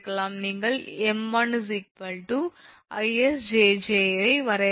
நீங்கள் 𝑚1 𝐼𝑆 𝑗𝑗 ஐ வரையறுக்கிறீர்கள்